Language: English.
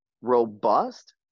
robust